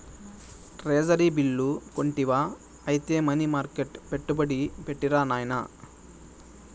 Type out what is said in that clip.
treasury bill కొంటివా ఐతే money మర్కెట్ల పెట్టుబడి పెట్టిరా నాయనా